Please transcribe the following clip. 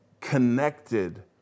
connected